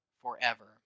forever